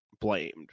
blamed